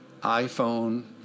iPhone